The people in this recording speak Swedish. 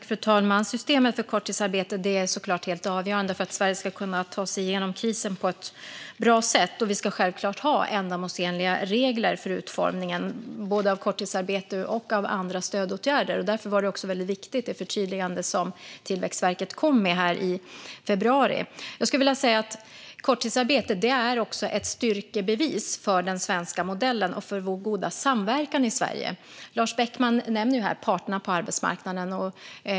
Fru talman! Systemet för korttidsarbete är såklart helt avgörande för att Sverige ska kunna ta sig igenom krisen på ett bra sätt. Och vi ska självklart ha ändamålsenliga regler för utformningen av både korttidsarbete och andra stödåtgärder. Därför var också det förtydligande som Tillväxtverket kom med i februari väldigt viktigt. Korttidsarbete är också ett styrkebevis för den svenska modellen och för vår goda samverkan i Sverige. Lars Beckman nämner parterna på arbetsmarknaden.